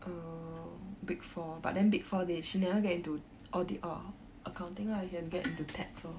um big four but then big four they she never get into audit or accounting lah can get into tax lor